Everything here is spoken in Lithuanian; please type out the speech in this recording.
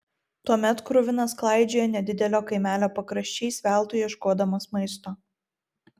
tuomet kruvinas klaidžiojo nedidelio kaimelio pakraščiais veltui ieškodamas maisto